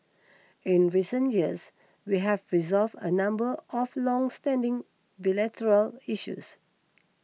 in recent years we have resolved a number of longstanding bilateral issues